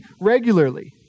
regularly